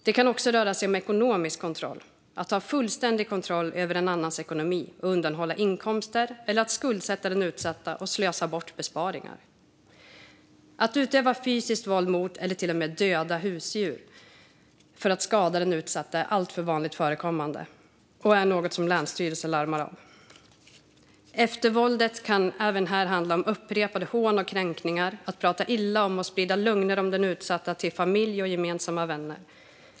Det kan också röra sig om ekonomisk kontroll - att ta fullständig kontroll över en annans ekonomi och undanhålla inkomster eller att skuldsätta den utsatta och slösa bort besparingar. Att utöva fysiskt våld mot eller till och med döda husdjur för att skada den utsatta är alltför vanligt förekommande. Det larmar länsstyrelsen om. Eftervåldet kan även här handla om upprepade hån och kränkningar och om att prata illa om och sprida lögner om den utsatta till familj och gemensamma vänner.